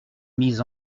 mis